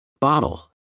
Bottle